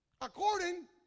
according